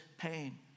pain